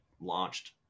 launched